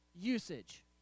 usage